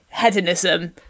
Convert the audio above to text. hedonism